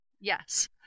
Yes